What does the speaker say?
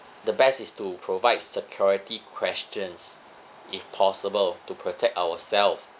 the best is to provide security questions if possible to protect ourself